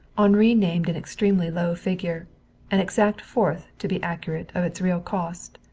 henri named an extremely low figure an exact fourth to be accurate, of its real cost.